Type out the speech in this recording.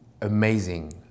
amazing